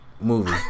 movie